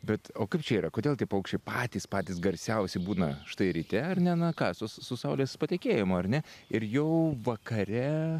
bet o kaip čia yra kodėl tie paukščiai patys patys garsiausi būna štai ryte ar ne na ką su su saulės patekėjimu ar ne ir jau vakare